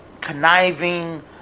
conniving